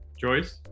Joyce